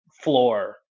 floor